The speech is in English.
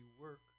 work